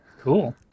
Cool